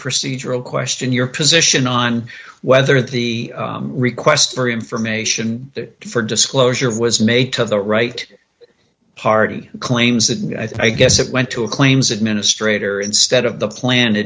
procedural question your position on whether the request for information for disclosure was made to the right party claims that i guess it went to a claims administrator instead of the plan